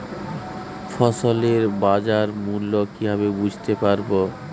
ফসলের বাজার মূল্য কিভাবে বুঝতে পারব?